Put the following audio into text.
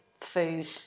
food